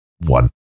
one